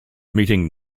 meeting